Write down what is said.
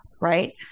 right